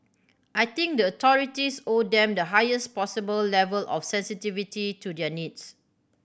I think the authorities owe them the highest possible level of sensitivity to their needs